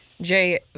Jay